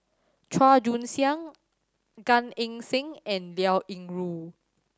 Chua Joon Siang Gan Eng Seng and Liao Yingru